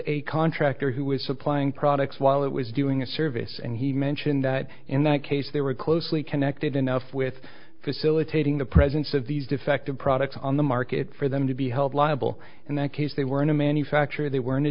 a contractor who was supplying products while it was doing a service and he mentioned that in that case they were closely connected enough with facilitating the presence of these defective products on the market for them to be held liable in that case they were in a manufacture they were